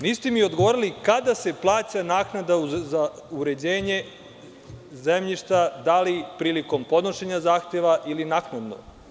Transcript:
Niste mi odgovorili kada se plaća naknada za uređenje zemljišta, da li prilikom podnošenja zahteva ili naknadno?